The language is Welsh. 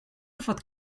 fod